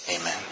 amen